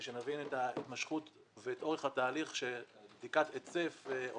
כדי שנבין את ההתמשכות ואת אורך התהליך של בדיקת היצף או